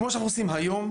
כמו שאנחנו עושים היום.